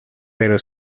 pero